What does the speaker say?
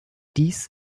dies